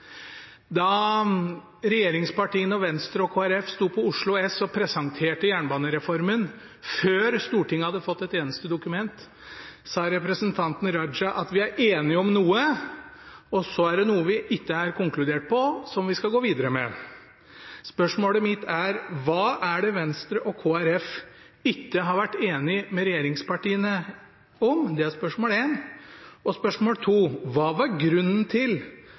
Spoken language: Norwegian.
Da regjeringspartiene og Venstre og Kristelig Folkeparti sto på Oslo S og presenterte jernbanereformen før Stortinget hadde fått et eneste dokument, sa representanten Raja at vi er enige om noe, og så er det noe vi ikke har konkludert på, som vi skal gå videre med. Spørsmålet mitt er: Hva er det Venstre og Kristelig Folkeparti ikke har vært enige med regjeringspartiene om? Det var det første spørsmålet. Og spørsmål 2 til